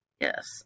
Yes